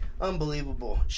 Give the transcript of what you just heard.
unbelievable